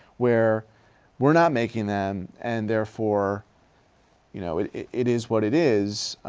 where we're not making them, and therefore you know, it it is what it is.